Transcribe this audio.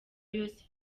yose